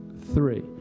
three